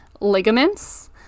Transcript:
ligaments